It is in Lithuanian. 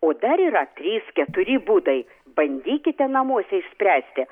o dar yra trys keturi būdai bandykite namuose išspręsti